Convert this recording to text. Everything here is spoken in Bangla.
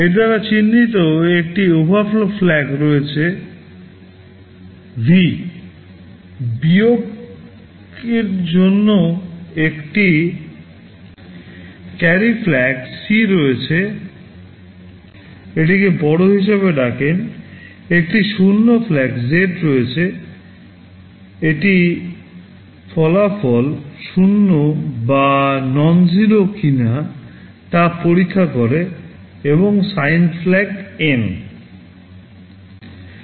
এর দ্বারা চিহ্নিত একটি ওভারফ্লো FLAG রয়েছে V বিয়োগের জন্য একটি carry FLAG C আছে আপনি এটিকে borrow হিসাবে ডাকেন একটি শূন্য FLAG Z আছে এটি ফলাফল শূন্য বা ননজারো কিনা তা পরীক্ষা করে এবং সাইন ফ্ল্যাগ N